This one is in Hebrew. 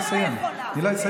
תני לה לסיים, תני לה לסיים.